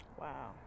Wow